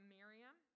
Miriam